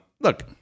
look